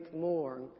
more